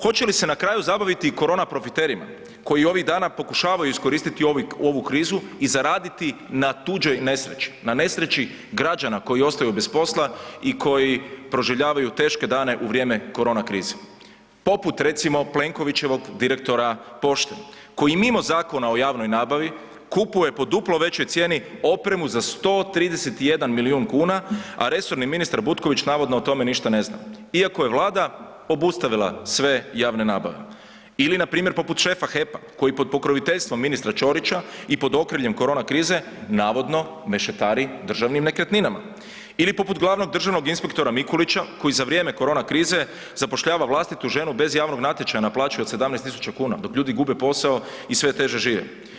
Hoće li se na kraju zabaviti i korona profiterima koji ovih dana pokušavaju iskoristiti ovu krizu i zaraditi na tuđoj nesreći, na nesreći građana koji ostaju bez posla i koji proživljavaju teške dane u vrijeme korona krize, poput recimo Plenkovićevog direktora pošte koji mimo Zakona o javnoj nabavi kupuje po duploj većoj cijeni opremu za 131 milijun kuna, a resorni ministar Butković navodno o tome ništa ne zna, iako je Vlada obustavila sve javne nabave ili npr. poput šefa HEP-a koji pod pokroviteljstvom ministra Ćorića i pod okriljem korona krize navodno mešetari državnim nekretninama ili poput glavnog državnog inspektora Mikulića koji za vrijeme korona krize zapošljava vlastitu ženu bez javnog natječaja na plaći od 17.000 kuna dok ljudi gube posao i sve teže žive?